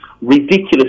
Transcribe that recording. ridiculous